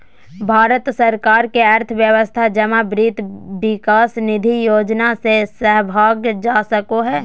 भारत सरकार के अर्थव्यवस्था जमा वित्त विकास निधि योजना से सम्भालल जा सको हय